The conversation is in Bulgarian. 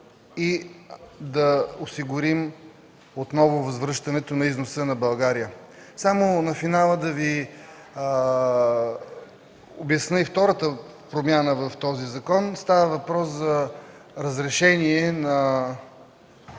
и да осигурим отново възвръщането на износа на България. На финала ще Ви обясня и втората промяна в този закон. Става въпрос за разрешение на